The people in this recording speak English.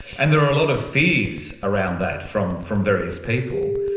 and there are a lot of fears around that from from various people.